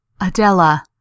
Adela